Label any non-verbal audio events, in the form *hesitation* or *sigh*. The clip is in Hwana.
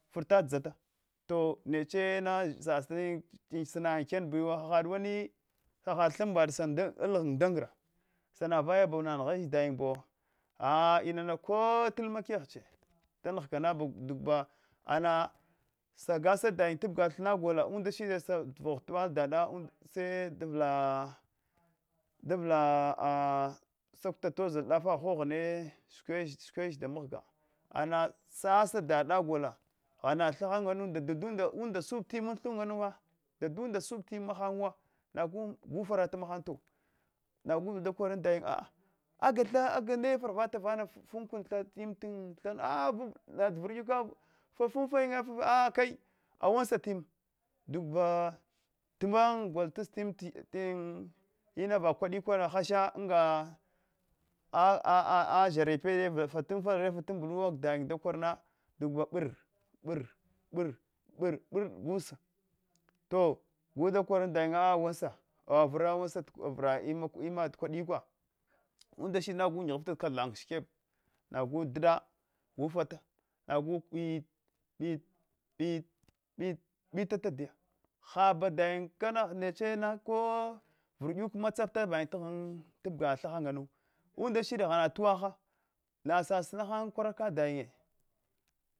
Frta dzata to nechena dzadzayina sina ankah biwo had wam sahad thambail alghaunayin ndgra sana vayabo nanghach dayin bo a inana kota limna keghe nghakang duba ama sagasa dayin tabga thinna gola unvla shide satavogh tabala dala sedavla davla *hesitation* sakuta tozil dafa ghame shikukdach shikwa dach damgha thahangame datunde *unintelligible* sub tin antha ha nganuwa dadudda sub tin mahanwa ku da fargt yowa nagh da koran dayin a’a nefaravata funbukun in am thana ana davirduka fafuntayi fafutayin akai awansa in duba tamban gol tasta ime inava kwa dikwa hashe anga a’a azharai fatanfare fatuubolu dayio da korna duba se mbir mbir mbir kassa to guda korna dayin awansa awavra ansa ata ime at kudik uwda shide suda ngighfta kaltan shikweb nagu dada fatata na ba mbrit mbit mbit mbit tadiya haba-dayin kana nechna ko virduka ma tsatabayin tabga tha ama ndaghama tuwak sasina han kwaraka dayinnye